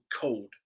cold